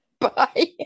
Bye